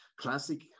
classic